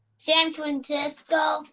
san francisco.